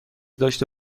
داشته